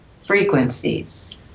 frequencies